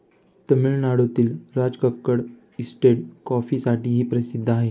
तामिळनाडूतील राजकक्कड इस्टेट कॉफीसाठीही प्रसिद्ध आहे